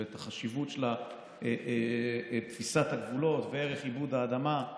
את החשיבות של תפיסת הגבולות וערך עיבוד האדמה.